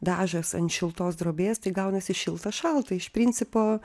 dažas ant šiltos drobės tai gaunasi šilta šalta iš principo